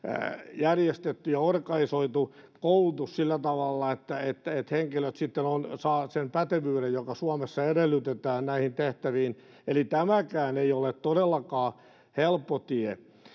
järjestetty ja organisoitu koulutus sillä tavalla että että henkilöt sitten saavat sen pätevyyden joka suomessa edellytetään näihin tehtäviin eli tämäkään ei ole todellakaan helppo tie